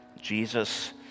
Jesus